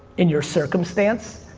in your circumstance,